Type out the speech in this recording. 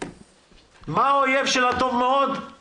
מה קורה לעובדים עם מוגבלויות?